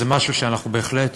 זה משהו שאנחנו בהחלט